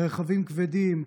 ברכבים כבדים,